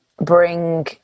bring